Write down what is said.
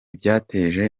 byateje